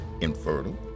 infertile